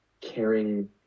caring